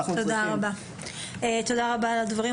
תודה רב על הדברים.